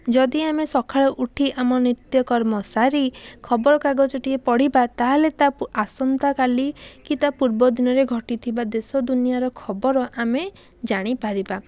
ଯଦି ଆମେ ସକାଳୁ ଉଠି ଆମ ନିତ୍ୟକର୍ମ ସାରି ଖବରକାଗଜଟିଏ ପଢ଼ିବା ତାହାହେଲେ ଆସନ୍ତାକାଲି କି ତା ପୂର୍ବଦିନରେ ଘଟିଥିବା ଦେଶ ଦୁନିଆର ଖବର ଆମେ ଜାଣିପାରିବା